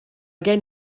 gen